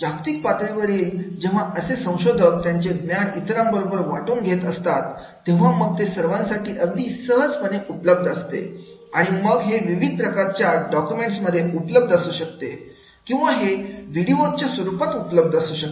जागतिक पातळीवर जेव्हा असे संशोधक त्यांचे ज्ञान इतरांबरोबर वाटून घेत असतात तेव्हा मग ते सर्वांसाठी अगदी सहज उपलब्ध असते आणि मग हे विविध प्रकारच्या डॉक्युमेंट्स मध्ये उपलब्ध असू शकते किंवा हे व्हिडिओज च्या स्वरूपात असू शकते